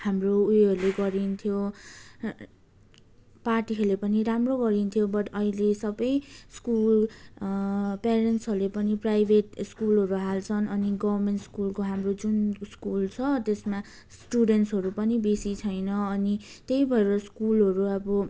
हाम्रो उयोहरू गरिन्थ्यो पाटी खेले पनि राम्रो गरिन्थ्यो बट् अहिले सबै स्कुल प्यारेन्ट्सहरूले पनि प्राइभेट स्कुलहरू हाल्छन् अनि गभर्मेन्ट स्कुलको हाम्रो जुन स्कुल छ त्यसमा स्टुडेन्ट्सहरू पनि बेसी छैन अनि त्यही भएर स्कुलहरू अब